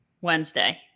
Wednesday